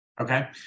Okay